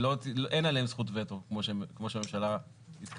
אין עליהם זכות וטו כמו שהממשלה התכוונה.